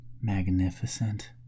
magnificent